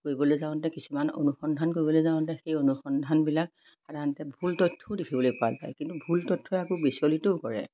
কৰিবলৈ যাওঁতে কিছুমান অনুসন্ধান কৰিবলৈ যাওঁতে সেই অনুসন্ধানবিলাক সাধাৰণতে ভুল তথ্যও দেখিবলৈ পোৱা যায় কিন্তু ভুল তথ্যই আকৌ বিচলিতো কৰে